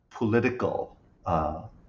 political